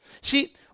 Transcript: See